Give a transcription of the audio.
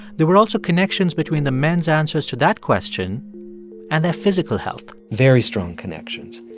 there were also connections between the men's answers to that question and their physical health very strong connections.